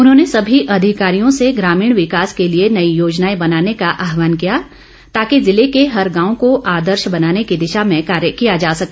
उन्होंने सभी अधिकारियों से ग्रार्मीण विकास के लिए नई योजनाएं बनाने का आहवान किया ताकि जिले के हर गांव को आदर्श बनाने की दिशा में कार्य किया जा सके